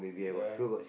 ya